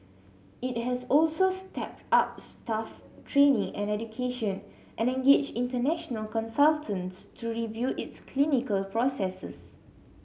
it has also stepped up staff training and education and engaged international consultants to review its clinical processes